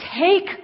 take